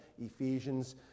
Ephesians